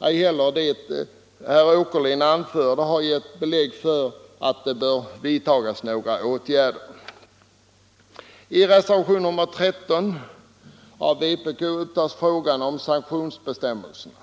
Inte heller det herr Åkerlind här anförde har gett belägg för att det bör vidtagas några åtgärder. I reservationen 13 av vpk tar man upp frågan om sanktionsbestämmelserna.